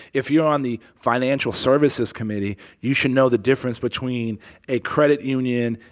if you're on the financial services committee, you should know the difference between a credit union,